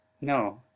No